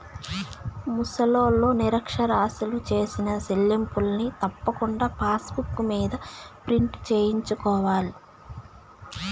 ముసలోల్లు, నిరచ్చరాసులు సేసిన సెల్లింపుల్ని తప్పకుండా పాసుబుక్ మింద ప్రింటు సేయించుకోవాల్ల